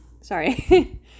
Sorry